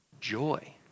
joy